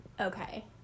okay